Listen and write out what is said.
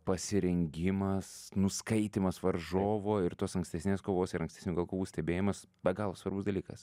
pasirengimas nuskaitymas varžovo ir tos ankstesnės kovos ir ankstesnių gal kovų stebėjimas be galo svarbus dalykas